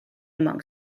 among